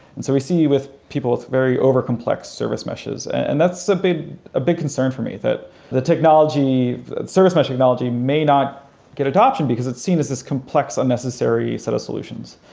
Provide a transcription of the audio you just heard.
and we see with people very over complex service meshes, and that's a big ah big concern for me, that the technology, the service mesh technology may not get adoption, because it's seen as this complex unnecessary set of solutions.